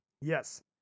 Yes